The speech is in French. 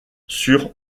sur